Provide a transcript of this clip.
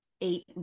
eight